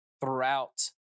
throughout